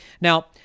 Now